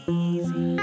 easy